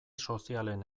sozialen